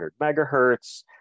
megahertz